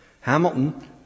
Hamilton